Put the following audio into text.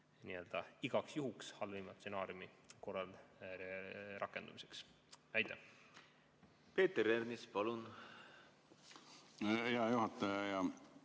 n-ö igaks juhuks, halvima stsenaariumi korral rakendumiseks. Aitäh!